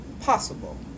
possible